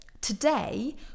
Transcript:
today